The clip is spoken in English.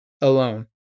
alone